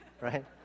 right